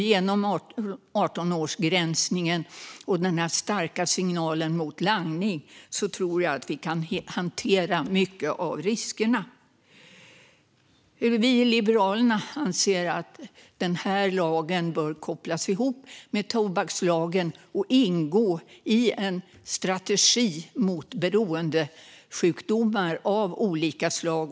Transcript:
Genom 18-årsgränsen och den här starka signalen mot langning tror jag att vi kan hantera många av riskerna. Vi i Liberalerna anser att den här lagen bör kopplas ihop med tobakslagen och ingå i en strategi mot beroendesjukdomar av olika slag.